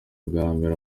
ubwambere